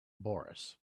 boris